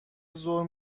ظهر